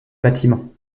bâtiments